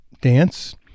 dance